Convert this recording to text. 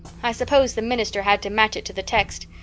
i suppose the minister had to match it to the text.